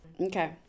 okay